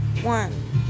One